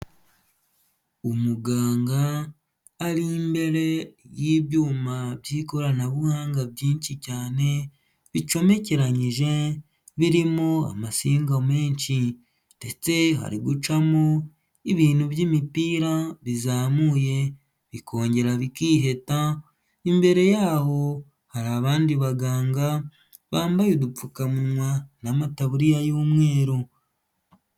Umuganga ari imbere y'ibyuma by'ikoranabuhanga byinshi cyane, bicomekeranyije, birimo amasinga menshi ndetse hari gucamo ibintu by'imipira bizamuye bikongera bikiheta, imbere yaho hari abandi baganga bambaye udupfukamuwa n'amataburiya y'umweru.